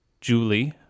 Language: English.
Julie